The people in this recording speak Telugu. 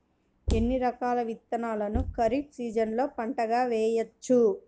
ఎన్ని రకాల విత్తనాలను ఖరీఫ్ సీజన్లో పంటగా వేయచ్చు?